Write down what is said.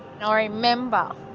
ah remember